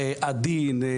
עדין,